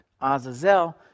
Azazel